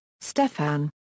Stefan